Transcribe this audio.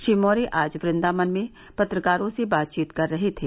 श्री मौर्य आज वृन्दावन में पत्रकारों से बातचीत कर रहे थे